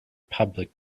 public